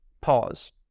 pause